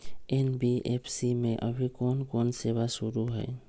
NBFC में अभी कोन कोन सेवा शुरु हई?